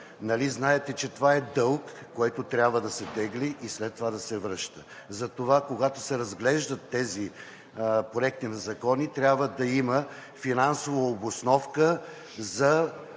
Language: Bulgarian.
знаете, че това е дълг, който трябва да се тегли и след това да се връща. Затова, когато се разглеждат тези проекти на закони, трябва да има финансова обосновка за